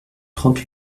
trente